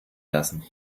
lassen